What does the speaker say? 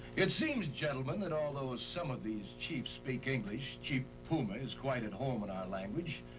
it seems, gentlemen, that although some of these chiefs speak english. chief puma is quite at home in our language.